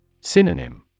Synonym